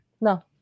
No